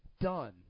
done